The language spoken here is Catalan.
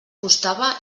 costava